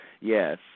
Yes